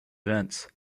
events